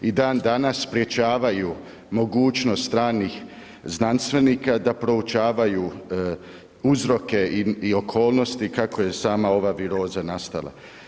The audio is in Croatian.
I dan danas sprječavaju mogućnost stranih znanstvenika da proučavaju uzroke i okolnosti kako je sama ova viroza nastala.